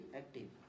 active